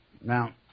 Now